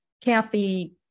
Kathy